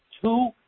two